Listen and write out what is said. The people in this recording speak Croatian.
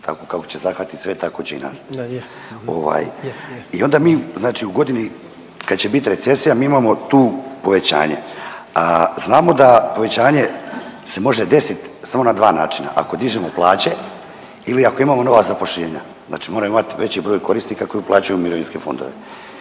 tako kako će zahvatiti sve, tako će i nas. Ovaj, i onda mi znači u godini kad će biti recesija, mi imamo tu povećanje, a znamo da povećanje se može desiti samo na 2 načina, ako dižemo plaće ili ako imamo nova zapošljenja. Znači moramo imati veći broj korisnika koji uplaćuju u mirovinske fondove.